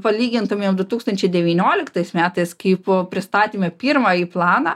palygintumėm du tūkstančiai devynioliktais metais kaip pristatėme pirmąjį planą